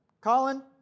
Colin